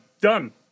Done